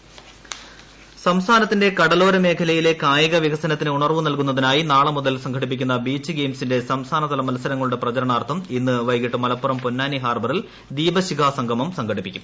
beach games Malappuram സംസ്ഥാനത്തിന്റെ കടലോര മേഖലയിലെ കായിക വികസനത്തിന് ഉണർവ് നൽകുന്നതിനായി നാളെ മുതൽ സംഘടിപ്പിക്കുന്ന ബീച്ച് ഗെയിംസിന്റെ സംസ്ഥാനതല മത്സരങ്ങളുടെ പ്രചരണാർത്ഥം ഇന്ന് വൈകിട്ട് മലപ്പുറം പൊന്നാനി ഹാർബറിൽ ദീപശിഖാ സംഗമം സംഘടിപ്പിക്കും